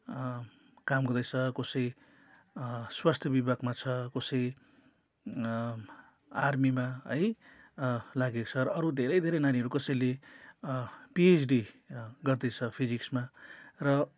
काम गर्दैछ कसै स्वास्थ्य विभागमा छ कसै आर्मीमा है लागेको छ र अरू धेरै धेरै नानीहरू कसैले पिएचडी गर्दैछ फिजिक्समा र